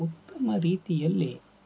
ಉತ್ತಮ ರೀತಿಯಲ್ಲಿ